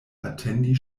atendi